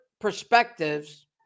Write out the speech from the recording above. perspectives